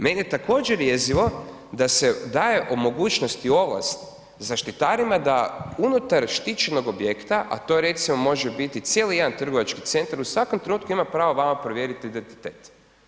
Meni je također jezivo da se daje u mogućnosti i ovlast zaštitarima da unutar štićenog objekta a to recimo može biti cijeli jedan trgovački centar, u svakom trenutku ima pravo vama provjeriti identitet.